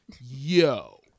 Yo